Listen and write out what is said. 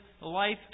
life